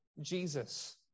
Jesus